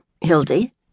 Hildy